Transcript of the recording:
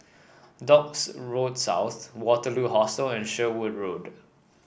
Docks Road South Waterloo Hostel and Sherwood Road